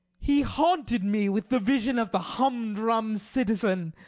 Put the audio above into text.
he haunted me with the vision of the humdrum citizen,